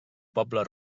poble